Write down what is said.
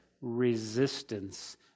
resistance